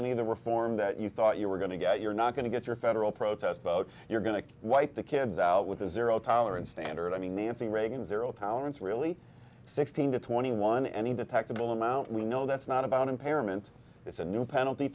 any of the reform that you thought you were going to get you're not going to get your federal protest vote you're going to wipe the kids out with a zero tolerance standard i mean nancy reagan zero tolerance really sixteen to twenty one and in the taxable amount we know that's not about impairment it's a new penalty